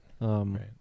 Right